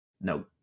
no